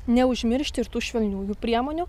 neužmiršti ir tų švelniųjų priemonių